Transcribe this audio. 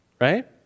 right